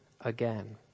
again